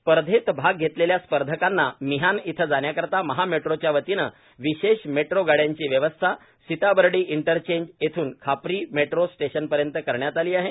स्पर्धेत भाग घेतलेल्या स्पर्धकांना मिहान इथं जाण्याकरिता महामेट्रोच्या वतीने विशेष मेट्रो गाड्यांची व्यवस्था सिताबर्डी इंटरचेंज येथून खापरी मेट्रो स्टेशनपर्यत करण्यात आली आहे